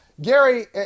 Gary